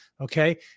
Okay